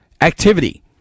activity